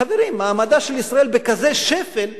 חברים, מעמדה של ישראל בכזה שפל שסוף-סוף,